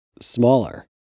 smaller